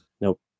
Nope